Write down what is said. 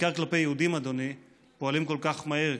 בעיקר כלפי יהודים, אדוני, פועלים כל כך מהר?